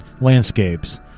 landscapes